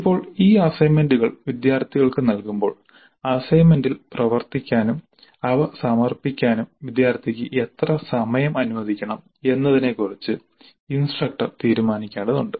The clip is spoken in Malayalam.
ഇപ്പോൾ ഈ അസൈൻമെന്റുകൾ വിദ്യാർത്ഥികൾക്ക് നൽകുമ്പോൾ അസൈൻമെന്റിൽ പ്രവർത്തിക്കാനും അവ സമർപ്പിക്കാനും വിദ്യാർത്ഥിക്ക് എത്ര സമയം അനുവദിക്കണം എന്നതിനെ കുറിച്ച് ഇൻസ്ട്രക്ടർ തീരുമാനിക്കേണ്ടതുണ്ട്